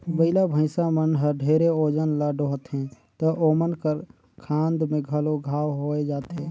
बइला, भइसा मन हर ढेरे ओजन ल डोहथें त ओमन कर खांध में घलो घांव होये जाथे